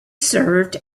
served